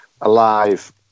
Alive